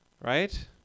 Right